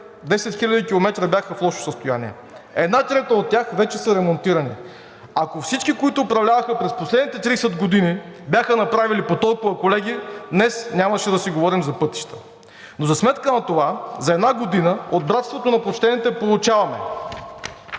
10 хиляди км бяха в лошо състояние. Една трета от тях вече са ремонтирани. Ако всички, които управляваха през последните 30 години, бяха направили по толкова, колеги, днес нямаше да си говорим за пътища. Но за сметка на това за една година от братството на почтените получаваме: